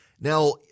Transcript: Now